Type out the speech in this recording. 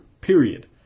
period